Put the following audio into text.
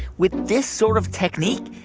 with this sort of technique,